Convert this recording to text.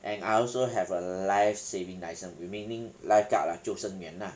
and I also have a life saving license mean~ meaning life guard lah 救身员啦